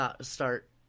start